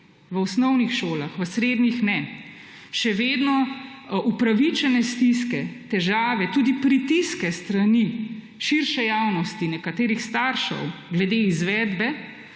v osnovnih šolah, v srednjih ne, še vedno upravičene stiske, težave, tudi pritiske s strani širše javnosti nekaterih staršev glede izvedbe,